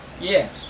Yes